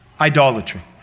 idolatry